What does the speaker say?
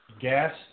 gas